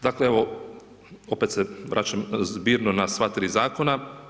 Dakle, evo, opet se vraćam zbirno na sva 3 zakona.